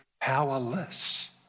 powerless